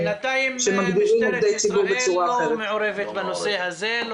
בינתיים משטרת ישראל לא מעורבת בנושא הזה,